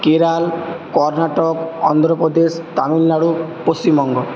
Kerala Karnataka Andhra Pradesh Tamil Nadu Paschimbanga